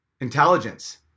intelligence